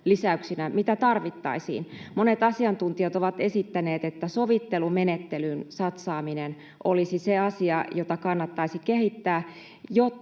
mitä tarvittaisiin. Monet asiantuntijat ovat esittäneet, että sovittelumenettelyyn satsaaminen olisi se asia, jota kannattaisi kehittää,